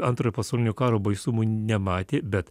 antrojo pasaulinio karo baisumų nematė bet